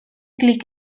klik